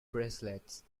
bracelets